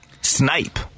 Snipe